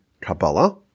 Kabbalah